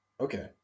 Okay